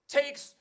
takes